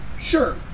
sure